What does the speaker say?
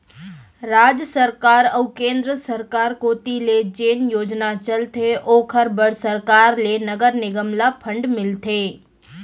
राज सरकार अऊ केंद्र सरकार कोती ले जेन योजना चलथे ओखर बर सरकार ले नगर निगम ल फंड मिलथे